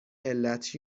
علت